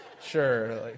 Sure